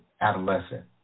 adolescent